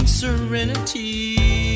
serenity